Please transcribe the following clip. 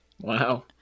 Wow